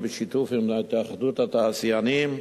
בשיתוף עם התאחדות התעשיינים,